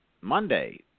Monday